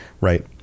right